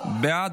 חוק